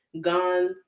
Gone